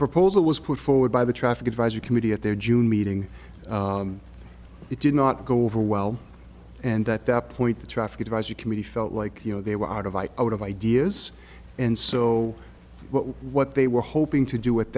proposal was put forward by the traffic advisory committee at their june meeting it did not go over well and at that point the traffic advisory committee felt like you know they were out of out of ideas and so what they were hoping to do at